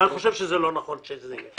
ואני לא חושב שזה נכון שזה יהיה.